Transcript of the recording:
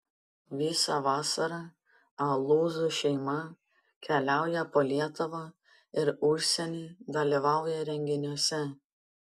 visą vasarą alūzų šeima keliauja po lietuvą ir užsienį dalyvauja renginiuose